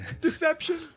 Deception